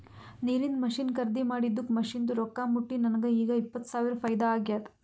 ನೀರಿಂದ್ ಮಷಿನ್ ಖರ್ದಿ ಮಾಡಿದ್ದುಕ್ ಮಷಿನ್ದು ರೊಕ್ಕಾ ಮುಟ್ಟಿ ನನಗ ಈಗ್ ಇಪ್ಪತ್ ಸಾವಿರ ಫೈದಾ ಆಗ್ಯಾದ್